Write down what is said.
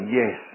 yes